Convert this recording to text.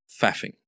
faffing